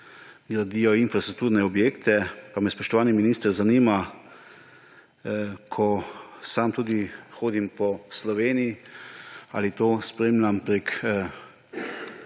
gradijo infrastrukturne objekte. Pa me, spoštovani minister, to zanima, ker sam hodim po Sloveniji ali to spremljam prek